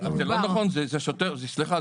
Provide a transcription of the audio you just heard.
זה לא נכון, סליחה.